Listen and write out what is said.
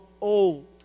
old